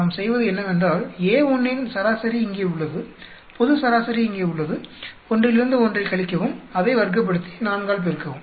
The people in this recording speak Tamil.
நாம் செய்வது என்னவென்றால் A1 இன் சராசரி இங்கே உள்ளது பொது சராசரி இங்கே உள்ளது ஒன்றிலிருந்து ஒன்றைக் கழிக்கவும் அதை வர்க்கப்படுத்தி 4 ஆல் பெருக்கவும்